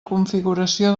configuració